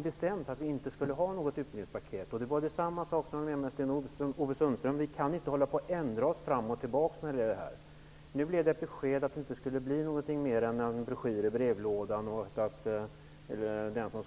bestämdes det att vi inte skulle ha något utbildningspaket. Sten-Ove Sundström, vi kan inte ändra fram och tillbaka i det här sammanhanget. Beskedet kom sedan att det bara skulle bli en broschyr i brevlådan.